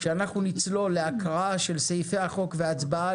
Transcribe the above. כשאנחנו נצלול להקראה של סעיפי החוק והצבעה